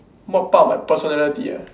what part of my personality ah